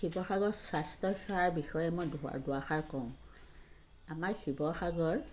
শিৱসাগৰ স্বাস্থ্যসেৱাৰ বিষয়ে মই দুআষাৰ কওঁ আমাৰ শিৱসাগৰ